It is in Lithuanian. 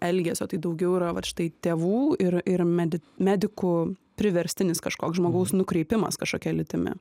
elgesio tai daugiau yra vat štai tėvų ir ir medit medikų priverstinis kažkoks žmogaus nukreipimas kašokia lytimi